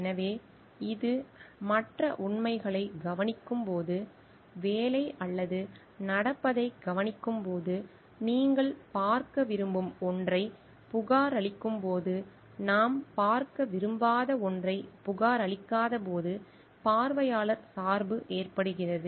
எனவே இது மற்ற உண்மைகளைக் கவனிக்கும் போது வேலை அல்லது நடப்பதைக் கவனிக்கும் போது நீங்கள் பார்க்க விரும்பும் ஒன்றைப் புகாரளிக்கும் போது நாம் பார்க்க விரும்பாத ஒன்றைப் புகாரளிக்காதபோது பார்வையாளர் சார்பு ஏற்படுகிறது